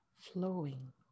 flowing